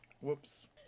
Whoops